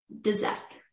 disaster